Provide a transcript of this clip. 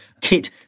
kit